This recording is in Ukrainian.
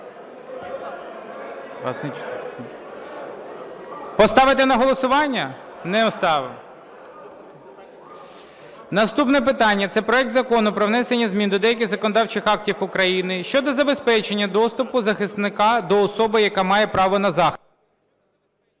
Поставити на голосування? Не ставимо. Наступне питання – це проект Закону про внесення змін до деяких законодавчих актів України щодо забезпечення доступу захисника до особи, яка має право на захист.